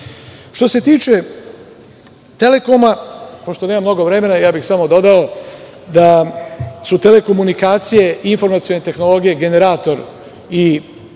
UAE.Što se tiče Telekoma, pošto nemam mnogo vremena, samo bih dodao da su telekomunikacije i informacije tehnologije generator i zapošljavanja